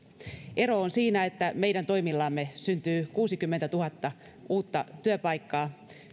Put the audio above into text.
on siinä että meidän toimillamme syntyy kuusikymmentätuhatta uutta työpaikkaa